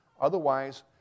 Otherwise